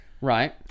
Right